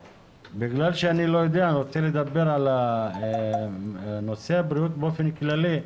בגלל שאני לא יודע אני רוצה לדבר על נושא הבריאות באופן כללי.